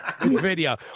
Video